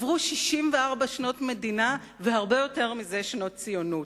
עברו 64 שנות מדינה, והרבה יותר מזה שנות ציונות.